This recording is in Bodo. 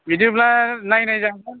बिदिब्ला नायनाय जागोन